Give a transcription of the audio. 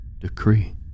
decree